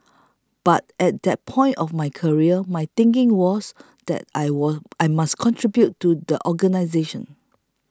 but at that point of my career my thinking was that I will I must contribute to the organisation